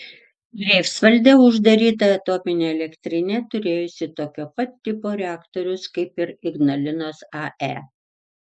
greifsvalde uždaryta atominė elektrinė turėjusi tokio pat tipo reaktorius kaip ir ignalinos ae